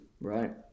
right